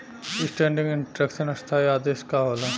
Standing instruction स्थाई आदेश का होला?